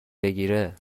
بگیره